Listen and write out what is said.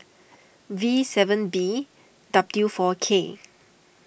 V seven B W four K